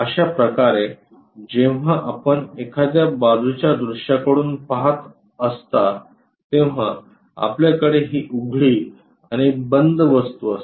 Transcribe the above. अशा प्रकारे जेव्हा आपण एखाद्या बाजूच्या दृश्याकडून पहात असता तेव्हा आपल्याकडे ही उघडी आणि बंद वस्तू असते